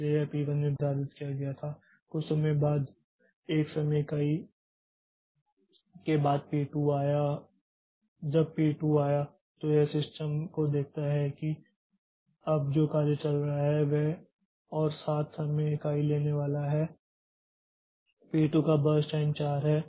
इसलिए यह पी 1 निर्धारित किया गया था कुछ समय बाद 1 समय इकाई के बाद पी 2 आया है जब पी 2 आया है तो यह सिस्टम को देखता है कि अब जो कार्य चल रहा है वह और 7 समय इकाइ लेने वाला है और पी 2 का बर्स्ट टाइम 4 है